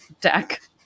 deck